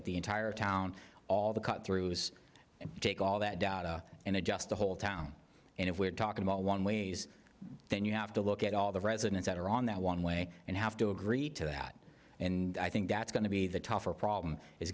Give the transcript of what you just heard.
at the entire town all the cut through it take all that data and it just the whole town and if we're talking about one ways then you have to look at all the residents that are on that one way and have to agree to that and i think that's going to be the tougher problem is